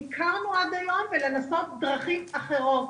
שהכרנו עד היום ולנסות דרכים אחרות,